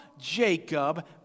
Jacob